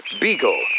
beagle